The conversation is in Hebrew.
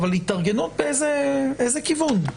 אבל באיזה כיוון?